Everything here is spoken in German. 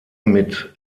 mit